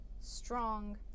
strong